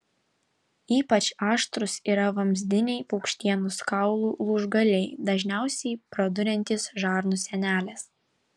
ypač aštrūs yra vamzdiniai paukštienos kaulų lūžgaliai dažniausiai praduriantys žarnų sieneles